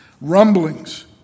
rumblings